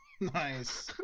nice